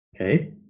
Okay